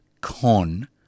con